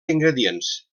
ingredients